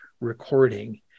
recording